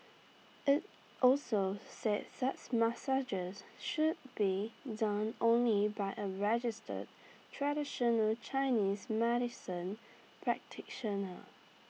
IT also say such massages should be done only by A registered traditional Chinese medicine practitioner